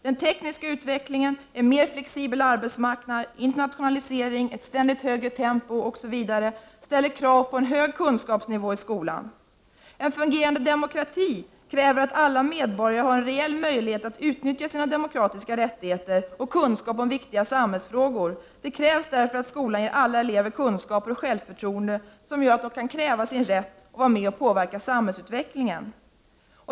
Den tekniska utvecklingen, en mer flexibel arbetsmarknad, internationalisering, ett ständigt högre tempo osv. ställer krav på en hög kunskapsnivå i skolan. En fungerande demokrati kräver att alla medborgare har en reell möjlighet att utnyttja sina demokratiska rättigheter och att de har kunskap om viktiga samhällsfrågor. Det krävs därför att skolan ger alla elever kunskaper och självförtroende som gör att de kan kräva sin rätt att vara med och påverka samhällsutvecklingen.